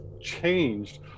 changed